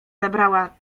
zabrała